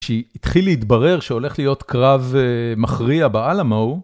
כשתחיל להתברר שהולך להיות קרב מכריע באלמו.